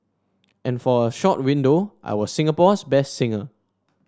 and for a short window I was Singapore's best singer